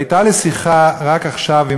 הייתה לי שיחה רק עכשיו,